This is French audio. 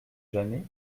jamais